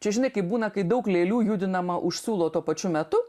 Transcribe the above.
čia žinai kaip būna kai daug lėlių judinama už suolo tuo pačiu metu